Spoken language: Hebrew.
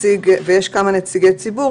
יש כמה נציגי ציבור,